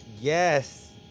yes